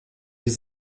les